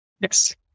Yes